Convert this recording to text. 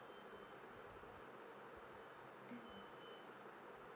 mmhmm